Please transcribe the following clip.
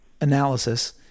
analysis